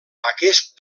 aquest